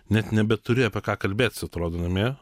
net nebeturi apie ką kalbėt su atrodo namie